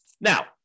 Now